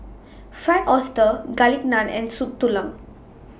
Fried Oyster Garlic Naan and Soup Tulang